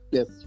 Yes